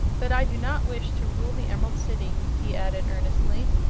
that i do not wish to rule the emerald city, he added, earnestly.